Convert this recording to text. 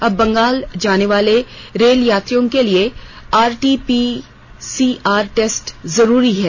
अब बंगाल जानेवाले रेल यात्रियों के लिए आरटीपीसीआर टेस्ट जरूरी है